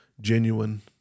genuine